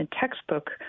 textbook